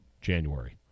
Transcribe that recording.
January